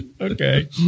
Okay